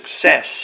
success